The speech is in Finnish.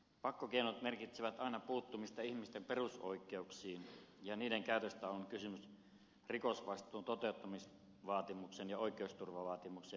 pakkokeinot merkitsevät aina puuttumista ihmisten perusoikeuksiin ja niiden käytössä on kysymys rikosvastuun toteuttamisvaatimuksen ja oikeusturvavaatimuksen yhteensovittamisesta